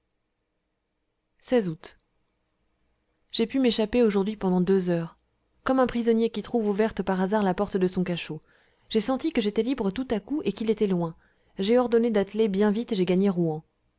août j'ai pu m'échapper aujourd'hui pendant deux heures comme un prisonnier qui trouve ouverte par hasard la porte de son cachot j'ai senti que j'étais libre tout à coup et qu'il était loin j'ai ordonné d'atteler bien vite et j'ai gagné rouen